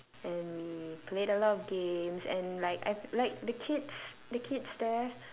and we played a lot of games and like I like the kids the kids there